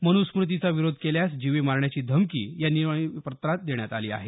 मनुस्मुतीचा विरोध केल्यास जीवे मारण्याची धमकी या निनावी पत्रात देण्यात आली आहे